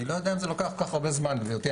אני לא יודע אם זה לוקח כל כך הרבה זמן, גבירתי.